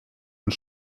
und